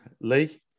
Lee